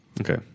Okay